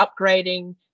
upgrading